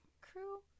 Crew